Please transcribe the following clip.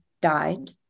died